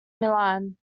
milan